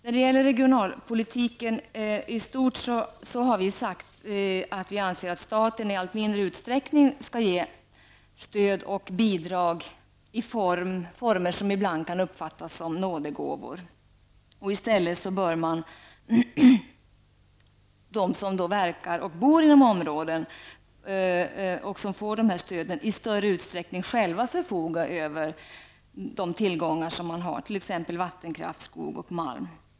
När det gäller regionalpolitiken i stort anser vi att staten i allt mindre utsträckning skall ge stöd och bidrag i former som ibland kan uppfattas som nådegåvor. De som verkar och bor inom områden som får dessa stöd bör i större utsträckning själva få förfoga över de tillgångar som man har, t.ex. vattenkraft, skog och malm.